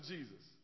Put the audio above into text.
Jesus